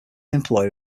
employer